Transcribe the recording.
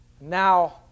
Now